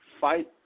fight